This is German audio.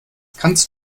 kannst